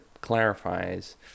clarifies